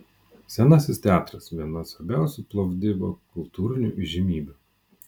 senasis teatras viena svarbiausių plovdivo kultūrinių įžymybių